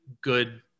good